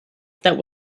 that